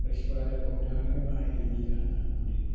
കൃഷി വളരെ പൗരാണികമായ രീതിയിലാണ് നടന്നുകൊണ്ടിരിക്കുന്നത്